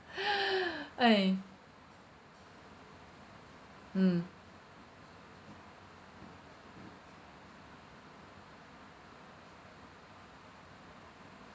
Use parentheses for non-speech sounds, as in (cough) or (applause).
(noise) eh mm